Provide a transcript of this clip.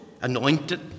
anointed